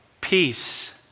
peace